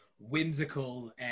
Whimsical